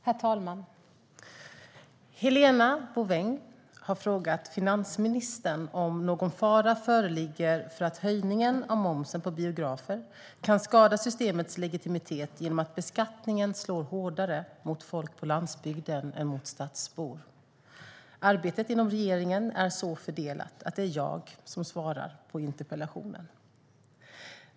Herr talman! Helena Bouveng har frågat finansministern om någon fara föreligger för att höjningen av momsen på biografer kan skada systemets legitimitet genom att beskattningen slår hårdare mot folk på landsbygden än mot stadsbor. Arbetet inom regeringen är så fördelat att det är jag som svarar på interpellationen.